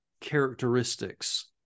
characteristics